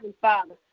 Father